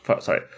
sorry